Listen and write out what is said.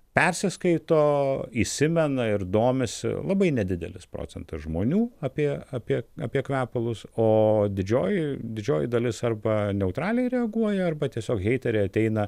persiskaito įsimena ir domisi labai nedidelis procentas žmonių apie apie apie kvepalus o didžioji didžioji dalis arba neutraliai reaguoja arba tiesiog heiteriai ateina